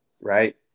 right